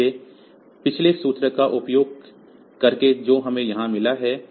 इसलिए पिछले सूत्र का उपयोग करके जो हमें यहां मिला है